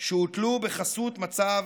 שהוטלו בחסות מצב